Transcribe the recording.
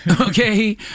okay